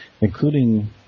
including